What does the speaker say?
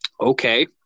Okay